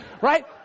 Right